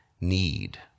need